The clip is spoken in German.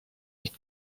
nicht